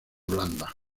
blanda